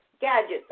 gadgets